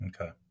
Okay